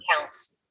counts